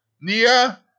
Nia